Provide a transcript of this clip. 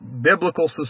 biblical